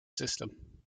system